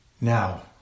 Now